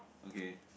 okay